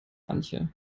antje